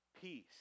peace